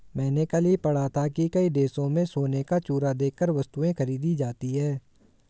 मैंने कल ही पढ़ा था कि कई देशों में सोने का चूरा देकर वस्तुएं खरीदी जाती थी